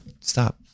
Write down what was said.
stop